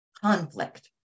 conflict